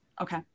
Okay